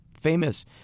famous